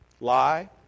Lie